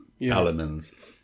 elements